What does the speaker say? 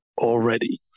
already